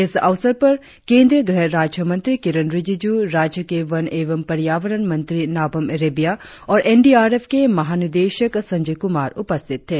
इस अवसरप र केंद्रीय गृह राज्य मंत्री किरेन रिजिजू राज्य के वन एवं पर्यावरण मंत्री नाबम रिबिया और एनडीआरएफ के महानिदेशक संजय कुमार उपस्थित थे